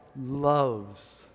loves